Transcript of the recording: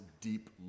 deep